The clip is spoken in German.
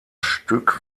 stück